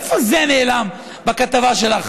איפה זה נעלם בכתבה שלך?